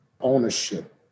ownership